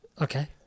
Okay